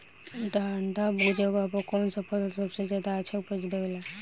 ठंढा जगह पर कौन सा फसल सबसे ज्यादा अच्छा उपज देवेला?